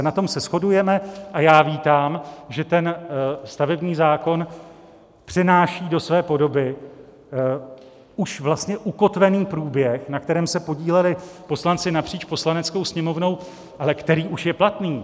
Na tom se shodujeme a já vítám, že stavební zákon přenáší do své podoby už vlastně ukotvený průběh, na kterém se podíleli poslanci napříč Poslaneckou sněmovnou, ale který už je platný.